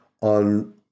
on